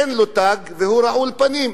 אין לו תג והוא רעול פנים.